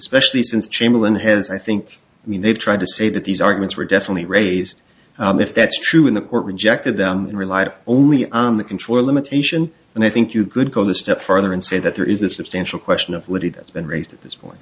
especially since chamberlain has i think i mean they've tried to say that these arguments were definitely raised if that's true in the court rejected them and relied only on the controller limitation and i think you could call a step further and say that there is a substantial question of when he'd been raised at this point